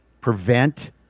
prevent